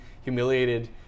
humiliated